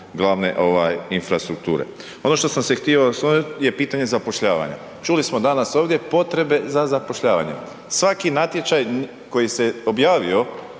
glavne ovaj infrastrukture. Ono što sam se htio osvrnuti je pitanje zapošljavanja. Čuli smo danas ovdje potrebe za zapošljavanjem. Svaki natječaj koji se objavio